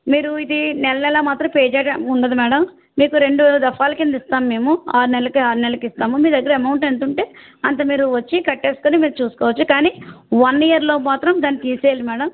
మీరు ఇది నెల నెలా మాత్రం పే చెయ్యడానికి ఉండదు మేడం మీకు రెండు దఫాలు క్రింద ఇస్తాము మేము ఆరు నెలలకి ఆరు నెలలకి ఇస్తాము మీ దగ్గర అమౌంట్ ఎంత ఉంటే అంత వచ్చి కట్టేసుకుని చూసుకోవచ్చు కానీ వన్ ఇయర్లో మాత్రం దాన్ని తీసెయ్యాలి మేడం